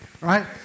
right